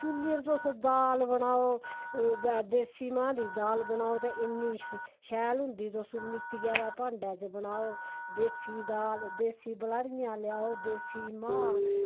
चुल्ली र तुस दाल बनाओ देसी मांह् दी दाल बनाओ ते इन्नी शैल होंदी तुस मित्ती दे भांडे च बनाओ देसी दाल देसी मांह्